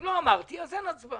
אם לא אמרתי, אז אין הצבעה.